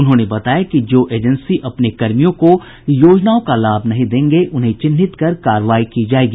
उन्होंने बताया कि जो एजेंसी अपने कर्मियों को योजनाओं का लाभ नहीं देंगे उन्हें चिन्हित कर कार्रवाई की जायेगी